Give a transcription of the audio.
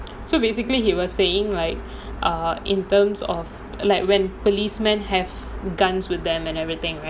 so basically he was saying like err in terms of like when policemen have